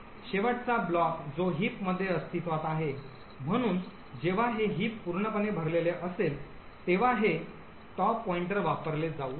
शेवटचा ब्लॉक जो हिप मध्ये अस्तित्वात आहे म्हणून जेव्हा हे हिप पूर्णपणे भरलेले असेल तेव्हा हे शीर्ष सूचक वापरले जाऊ शकते